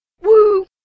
Woo